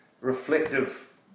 reflective